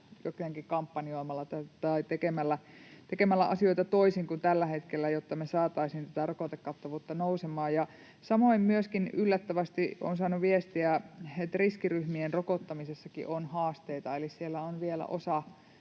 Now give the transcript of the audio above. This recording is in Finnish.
jotenkin kampanjoimalla tai tekemällä asioita toisin kuin tällä hetkellä, jotta saataisiin tätä rokotekattavuutta nousemaan. Samoin yllättävästi olen saanut viestiä, että riskiryhmien rokottamisessakin on haasteita, eli osa